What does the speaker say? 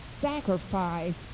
sacrifice